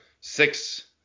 Six